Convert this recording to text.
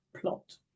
plot